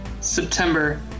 September